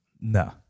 No